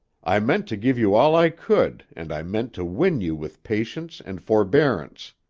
i meant to give you all i could and i meant to win you with patience and forbearance.